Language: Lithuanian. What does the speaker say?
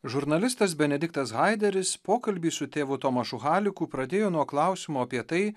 žurnalistas benediktas haideris pokalbį su tėvu tomašu haliku pradėjo nuo klausimo apie tai